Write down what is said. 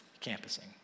campusing